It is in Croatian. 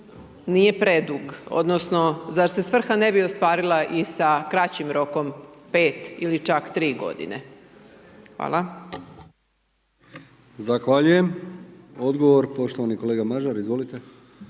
nije predug, odnosno zar se svrha ne bi ostvarila i sa kraćim rokom 5 ili čak 3 godine? Hvala. **Brkić, Milijan (HDZ)** Zahvaljujem, odgovor poštovani kolega Mažar.